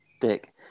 Dick